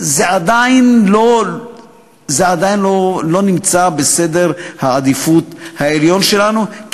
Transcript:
זה עדיין לא נמצא בעדיפות העליונה שלנו,